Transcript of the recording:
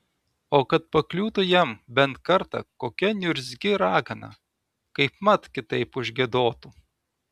o kad pakliūtų jam bent kartą kokia niurzgi ragana kaipmat kitaip užgiedotų